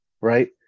right